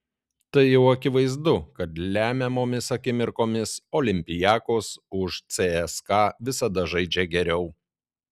tai jau akivaizdu kad lemiamomis akimirkomis olympiakos už cska visada žaidžia geriau